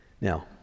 now